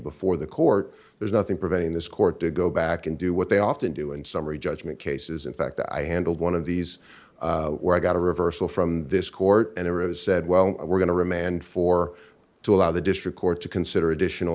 before the court there's nothing preventing this court to go back and do what they often do in summary judgment cases in fact i handled one of these where i got a reversal from this court and said well we're going to remand for to allow the district court to consider additional